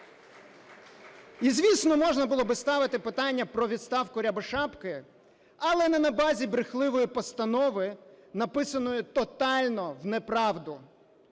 І звісно, можна було би ставити питання про відставку Рябошапки, але не на базі брехливої постанови, написаної тотально в неправду.